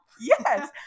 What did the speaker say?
yes